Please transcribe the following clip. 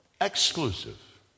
exclusive